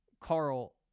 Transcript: carl